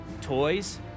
toys